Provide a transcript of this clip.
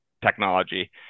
technology